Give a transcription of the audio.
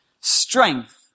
Strength